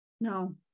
No